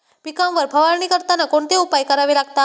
पिकांवर फवारणी करताना कोणते उपाय करावे लागतात?